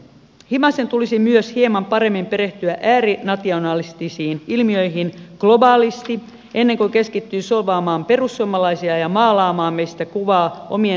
himasen tulisi myös hieman paremmin perehtyä äärinationalistisiin ilmiöihin globaalisti ennen kuin keskittyy solvaamaan perussuomalaisia ja maalaamaan meistä kuvaa omien linssiensä läpi